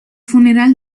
funeral